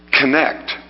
connect